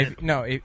No